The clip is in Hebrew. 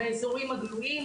באזורים הגלויים,